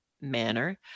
manner